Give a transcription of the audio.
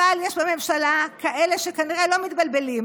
אבל יש בממשלה כאלה שכנראה לא מתבלבלים.